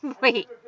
Wait